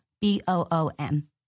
B-O-O-M